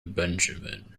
benjamin